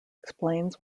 explains